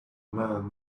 man